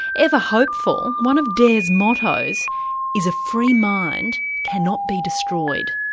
ever hopeful, one of dare's mottos is a free mind cannot be destroyed.